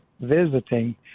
visiting